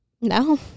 No